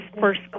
first